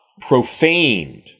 profaned